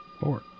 Four